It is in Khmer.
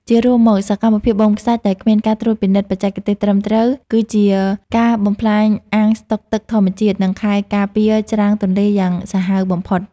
ជារួមមក សកម្មភាពបូមខ្សាច់ដោយគ្មានការត្រួតពិនិត្យបច្ចេកទេសត្រឹមត្រូវ គឺជាការបំផ្លាញអាងស្តុកទឹកធម្មជាតិ និងខែលការពារច្រាំងទន្លេយ៉ាងសាហាវបំផុត។